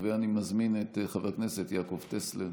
ואני מזמין את חבר הכנסת יעקב טסלר.